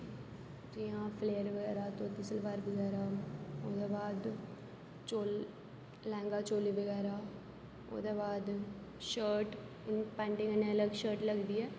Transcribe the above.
हां फ्लेयर बगैरा सलवार बगैरा ओह्दे बाद लैंह्गा चोली बगैरा ओहदे बाद शर्ट पैंटें कन्नै शर्ट लगदी ऐ